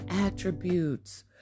attributes